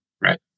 right